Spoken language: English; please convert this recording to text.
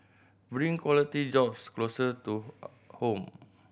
bring quality jobs closer to home